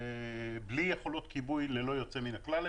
בלי יכולות כיבוי ללא יוצא מן הכלל.